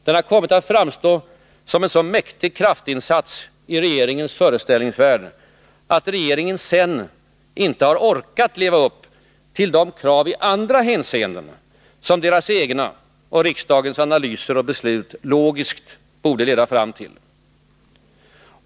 Den har kommit att framstå som en så mäktig kraftinsats i regeringens föreställningsvärld att regeringen sedan inte har orkat leva upp till de krav i andra hänseenden som dess egna och riksdagens analyser och beslut logiskt borde leda fram till.